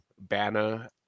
banner